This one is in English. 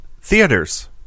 theaters